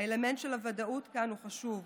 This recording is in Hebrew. האלמנט של הוודאות כאן הוא חשוב.